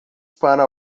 para